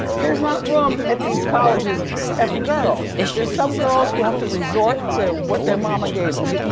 there's not room at these colleges for every girl. there's some girls who have to resort to what their mama gave em.